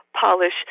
Polish